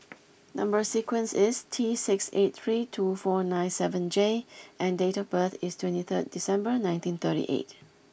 number sequence is T six eight three two four nine seven J and date of birth is twenty third December nineteen thirty eight